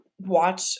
watch